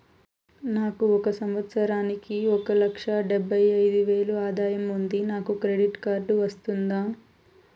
నాకు ఒక సంవత్సరానికి ఒక లక్ష డెబ్బై అయిదు వేలు ఆదాయం ఉంది నాకు క్రెడిట్ కార్డు వస్తుందా?